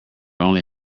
only